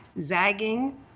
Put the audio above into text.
zagging